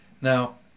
Now